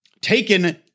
taken